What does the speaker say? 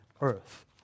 earth